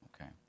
Okay